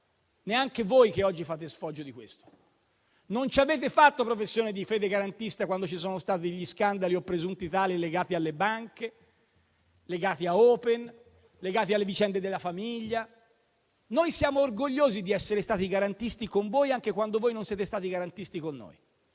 neanche voi che oggi fate sfoggio di questo. Non ci avete fatto professione di fede garantista quando ci sono stati gli scandali (o presunti tali) legati alle banche, legati a Open e legati alle vicende della famiglia. Noi siamo orgogliosi di essere stati garantisti con voi, anche quando voi non siete stati garantisti con noi.